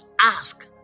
ask